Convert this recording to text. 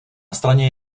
straně